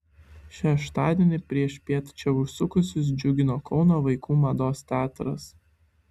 šeštadienį priešpiet čia užsukusius džiugino kauno vaikų mados teatras